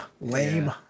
Lame